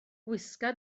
gwisga